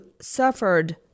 suffered